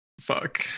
fuck